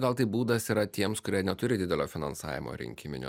gal tai būdas yra tiems kurie neturi didelio finansavimo rinkiminio